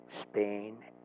Spain